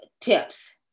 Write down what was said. tips